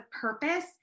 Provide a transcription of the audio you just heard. purpose